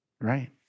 Right